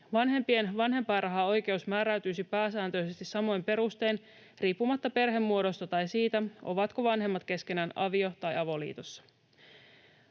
Vanhempien vanhempainrahaoikeus määräytyisi pääsääntöisesti samoin perustein riippumatta perhemuodosta tai siitä, ovatko vanhemmat keskenään avio- vai avoliitossa.